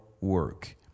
work